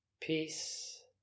Peace